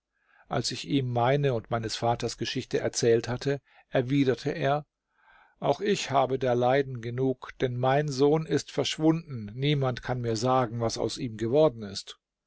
als ich ihm meine und meines vaters geschichte erzählt hatte erwiderte er auch ich habe der leiden genug denn mein sohn ist verschwunden niemand kann mir sagen was aus ihm geworden ist